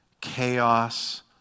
chaos